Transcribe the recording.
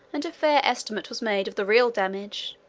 and a fair estimate was made of the real damage,